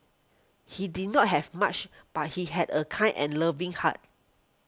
he did not have much but he had a kind and loving heart